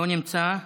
לא נמצא.